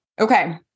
Okay